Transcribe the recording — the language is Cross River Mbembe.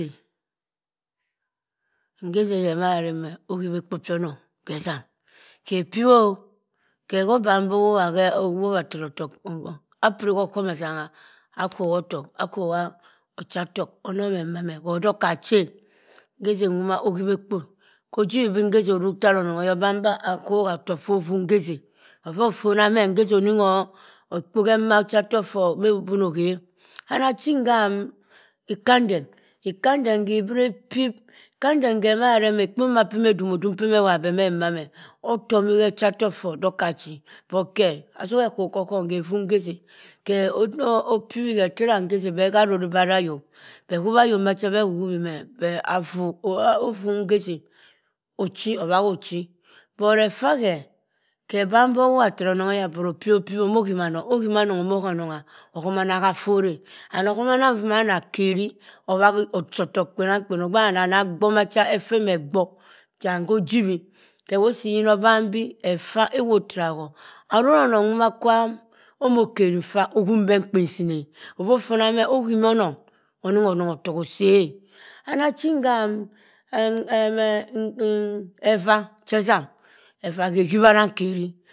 . Nghessii hema arema e oghibha ekpo pyia anong khezam. Che epybho. khe họ bambi owobha fara onong. Apiri kha aghọm etengha akhok atok, akhokha ochatok, anom ema meh. Ho do khachi e ngezi nwoma ahibha ekpo. hobibhi beh ngezii aruk tara anong aya obanbah akhok otok ffo offuu ngezi. ava ofona meh ngezii oningho ekpo hemma hochatok ffor mebubuni okhe. Anachin ham ikandem, ikandem ghe ebra epyb. Ekande khe mare ma ekpo byo pa meh dumozum pyima ewa beh meh emah me, otomi hochatok ffor dokah achi. But ghe, asohe aghok koghom khe offu ngezii e. khe opyi, khe tara ngezii beh haarori beh arayok. Bahuwa ayok macha beh huwimeh e. Bet onuu ngezii oshi, obhahi ochi. But effah ghe, ghe ban beh owobha tara onong aya but opyibho pyib e. Omo hima anong. Ohima anong omo okhe onong ohemanah hafforr e. And ohomanah nvoma ana keri, obhahi osii otokpenankpen ogbe wani ana gbor machi effa ene gbor. And khojibhi. khewosi oban bii. effa ewop tara gho aroronong nwomq kwam omoh kerinffa ohumu beh nkpising e. offa offona meh ohima onong, oning onong otok osii e anachi ham em em em